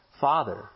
father